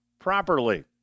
properly